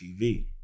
TV